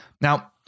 Now